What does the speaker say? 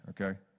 okay